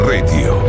Radio